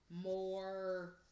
more